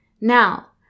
now